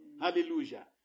Hallelujah